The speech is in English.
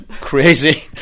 crazy